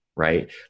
right